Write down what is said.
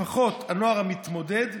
לפחות לנוער המתמודד,